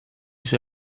sue